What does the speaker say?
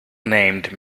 named